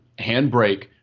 handbrake